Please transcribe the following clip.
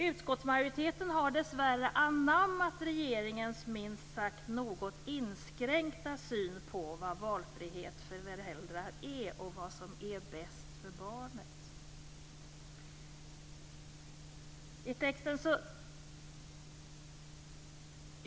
Utskottsmajoriteten har dessvärre anammat regeringens minst sagt något inskränkta syn på vad valfrihet för föräldrar är och vad som är bäst för barnet.